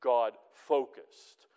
God-focused